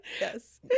yes